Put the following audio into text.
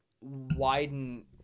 widen